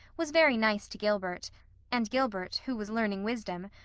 was very nice to gilbert and gilbert, who was learning wisdom,